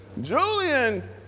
julian